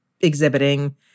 exhibiting